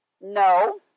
No